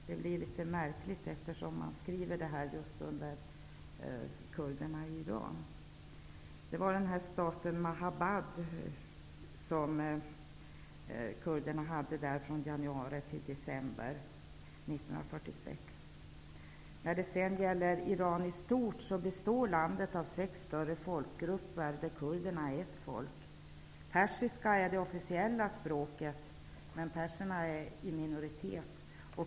Det blir litet märkligt när man skriver om det här i samband med kurderna i Iran består av sex större folkgrupper, där kurderna är ett folk. Persiska är det officiella språket, men perserna är i minoritet.